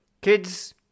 Kids